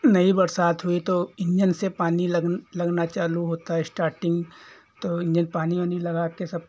नहीं बरसात हुई तो इंजन से पानी लगना लगना चालू होता है स्टार्टिंग तो इंजन पानी ओनी लगा के सब